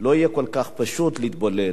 לא יהיה כל כך פשוט להתבולל.